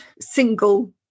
single